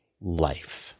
life